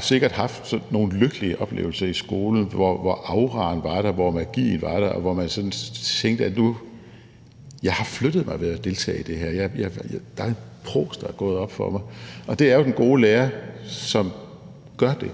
sikkert har haft nogle lykkelige oplevelser i skolen, hvor auraen var der, hvor magien var der, og hvor man sådan tænkte, at nu har jeg flyttet mig ved at deltage i det her. Der er en prås, der er gået op for mig. Det er den gode lærer, som gør det.